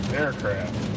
aircraft